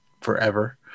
forever